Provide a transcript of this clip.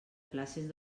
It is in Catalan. places